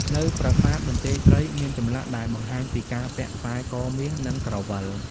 នៅប្រាសាទបន្ទាយស្រីមានចម្លាក់ដែលបង្ហាញពីការពាក់ខ្សែកមាស និងក្រវិល។